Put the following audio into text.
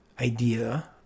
idea